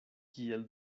kiel